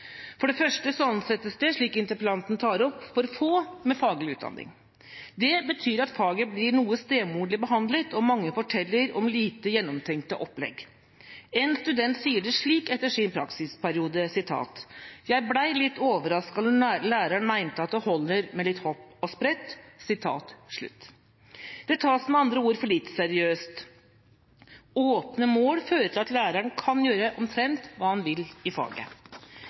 For det første ansettes det – slik interpellanten tar opp – for få med faglig utdanning. Det betyr at faget blir noe stemoderlig behandlet, og mange forteller om lite gjennomtenkte opplegg. En student sier det slik etter sin praksisperiode: «Jeg ble litt overrasket når læreren mente at det holder med litt hopp og sprett.» Det tas med andre ord for lite seriøst. Åpne mål fører til at lærerne kan gjøre omtrent hva de vil i faget.